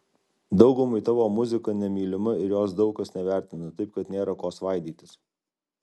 daugumai tavo muzika nemylima ir jos daug kas nevertina taip kad nėra ko svaidytis